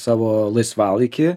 savo laisvalaikį